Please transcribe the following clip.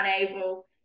unable